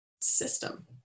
system